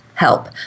help